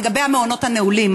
לגבי המעונות הנעולים,